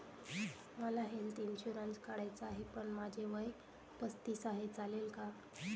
मला health insurance काढायचा आहे पण माझे वय पस्तीस आहे, चालेल का?